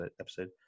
episode